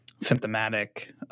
symptomatic